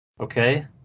okay